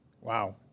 Wow